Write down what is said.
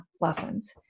lessons